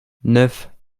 neuf